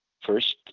First